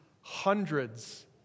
hundreds